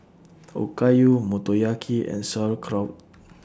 Okayu Motoyaki and Sauerkraut